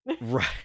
Right